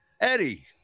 Eddie